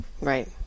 Right